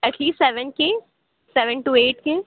at least seven کے seven to eight کے